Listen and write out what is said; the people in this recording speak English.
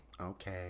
Okay